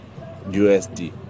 USD